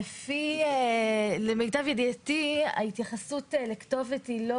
למיטב ידיעתי ההתייחסות לכתובת היא לא